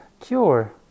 cure